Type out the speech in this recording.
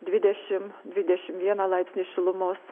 dvidešimt dvidešimt vieną laipsnį šilumos